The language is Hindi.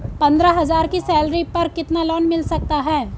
पंद्रह हज़ार की सैलरी पर कितना लोन मिल सकता है?